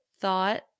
thought